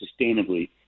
sustainably